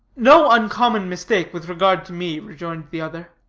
no uncommon mistake with regard to me, rejoined the other.